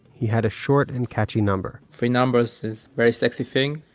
he had a short and catchy number three numbers is very sexy thing.